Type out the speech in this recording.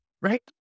Right